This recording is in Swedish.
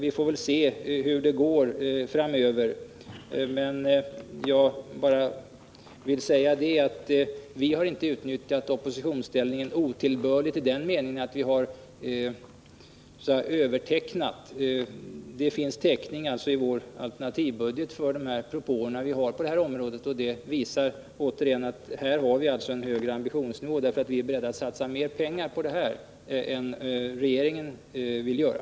Vi får väl se hur det går framöver. Vi har inte utnyttjat oppositionsställningen otillbörligt i den meningen att vi har gjort någon överteckning. I vår alternativbudget finns det täckning för de propåer som vi har på detta område. Det visar återigen att vi här har en högre ambitionsnivå. Vi är beredda att satsa mer pengar än vad regeringen vill göra.